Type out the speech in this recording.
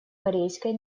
корейской